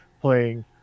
playing